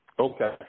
Okay